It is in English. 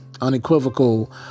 unequivocal